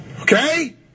Okay